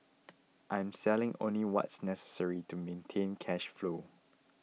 I'm selling only what's necessary to maintain cash flow